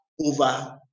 over